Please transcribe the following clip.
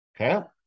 Okay